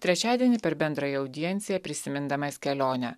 trečiadienį per bendrąją audienciją prisimindamas kelionę